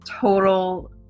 total